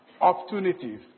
opportunities